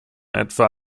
etwa